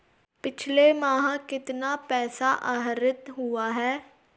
पिछले माह कितना पैसा आहरित हुआ है?